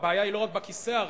הבעיה היא לא רק בכיסא הריק,